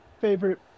favorite